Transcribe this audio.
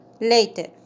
later